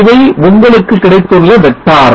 இவை உங்களுக்குக் கிடைத்துள்ள வெக்டார்